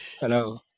Hello